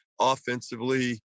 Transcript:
offensively